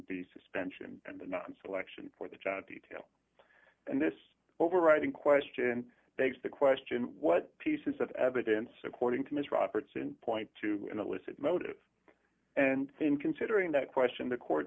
the suspension and the non selection for the job detail and this overriding question begs the question what pieces of evidence according to miss robertson point to an illicit motive and when considering that question the court